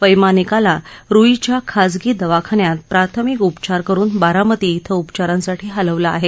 वप्तानिकाला रूई च्या खाजगी दवाखान्यात प्राथमिक उपचार करून बारामती इथं उपचारांसाठी हलवलं आहे